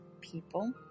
people